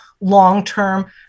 long-term